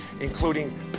including